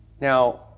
Now